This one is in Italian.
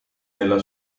nella